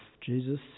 Jesus